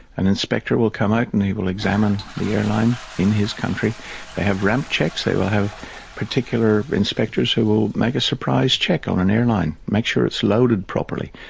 an inspector will come out and he will examine the airline in his country. they have ramp checks, they will have particular inspectors who will make a surprise check on an airline, make sure it's loaded properly,